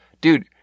Dude